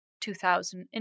2000